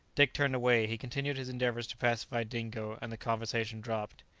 dick turned away he continued his endeavours to pacify dingo, and the conversation dropped.